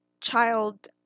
child